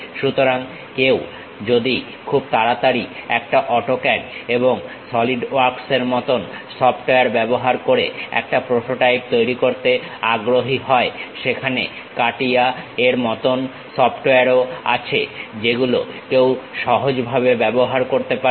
সুতরাং যদি কেউ খুব তাড়াতাড়ি একটা অটোক্যাড এবং সলিডওয়ার্কসের মতন সফটওয়্যার ব্যবহার করে একটা প্রোটোটাইপ তৈরি করতে আগ্রহী হয় সেখানে ক্যাটিয়া এর মতন সফটওয়্যারও আছে যেগুলো কেউ সহজভাবে ব্যবহার করতে পারে